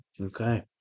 Okay